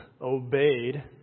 obeyed